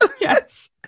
yes